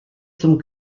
zum